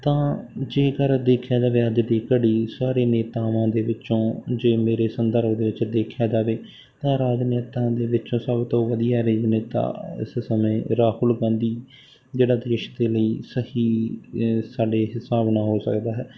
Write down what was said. ਤਾਂ ਜੇਕਰ ਦੇਖਿਆ ਜਾਵੇ ਅੱਜ ਦੀ ਘੜੀ ਸਾਰੇ ਨੇਤਾਵਾਂ ਦੇ ਵਿੱਚੋਂ ਜੇ ਮੇਰੇ ਸੰਦਰਭ ਵਿੱਚ ਦੇਖਿਆ ਜਾਵੇ ਤਾਂ ਰਾਜਨੇਤਾ ਦੇ ਵਿੱਚੋਂ ਸਭ ਤੋਂ ਵਧੀਆ ਰਾਜਨੇਤਾ ਇਸ ਸਮੇਂ ਰਾਹੁਲ ਗਾਂਧੀ ਜਿਹੜਾ ਦੇਸ਼ ਦੇ ਲਈ ਸਹੀ ਸਾਡੇ ਹਿਸਾਬ ਨਾਲ ਹੋ ਸਕਦਾ ਹੈ